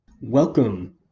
Welcome